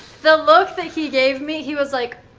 the look that he gave me, he was like,